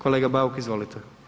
Kolega Bauk, izvolite.